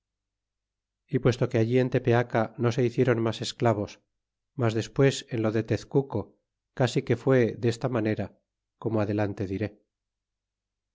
y puesto que afli en tepeaca no se hicieron mas esclavos mas despues en lo de tezcuco casi que fué desta manera como adelante diré